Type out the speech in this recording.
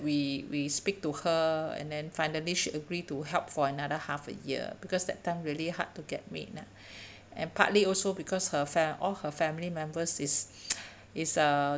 we we speak to her and then finally she agree to help for another half a year because that time really hard to get maid lah and partly also because her fam~ all her family members is is uh